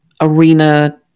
arena